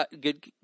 good